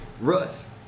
Russ